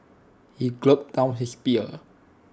he gulped down his beer